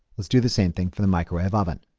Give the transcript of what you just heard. let's do the same thing for the microwave oven.